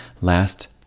last